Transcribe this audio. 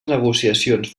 negociacions